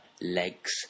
legs